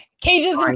cages